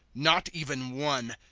not even one.